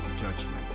judgment